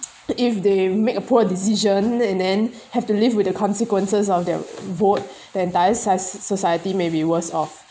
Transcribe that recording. if they make a poor decision and then have to live with the consequences of their vote the entire socie~ society may be worse off